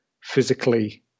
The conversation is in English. physically